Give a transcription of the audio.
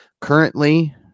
Currently